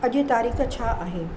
अॼु तारीख़ छा आहे